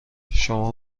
شما